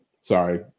Sorry